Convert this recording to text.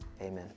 Amen